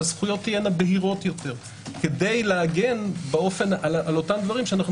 שהזכויות תהיינה בהירות יותר כדי להגן על הדברים שאנו